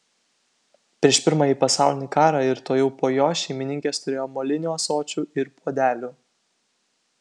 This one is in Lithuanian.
prieš pirmąjį pasaulinį karą ir tuojau po jo šeimininkės turėjo molinių ąsočių ir puodelių